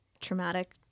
traumatic